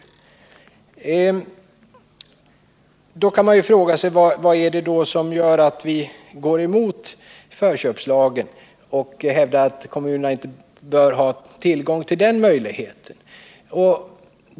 Man kan fråga vad som gör att vi går emot förköpslagen och hävdar att kommunerna inte bör ha tillgång till den möjligheten.